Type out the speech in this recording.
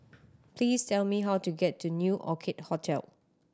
please tell me how to get to New Orchid Hotel